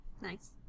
nice